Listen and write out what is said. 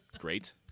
great